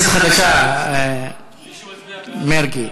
ויתרתי.